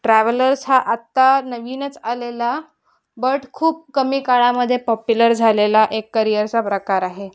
travellers हा आत्ता नवीनच आलेला बट खूप कमी काळामध्ये पॉप्युलर झालेला एक करियरचा प्रकार आहे